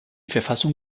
verfassung